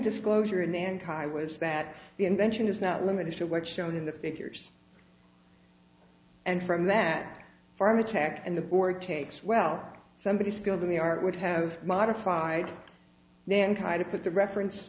disclosure of mankind was that the invention is not limited to what showed in the figures and from that farm attack and the board takes well somebody skilled in the art would have modified mankind to put the reference